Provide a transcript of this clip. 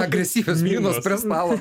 agresyvios minos prie stalo